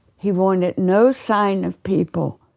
he wanted no sign of people.